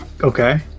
Okay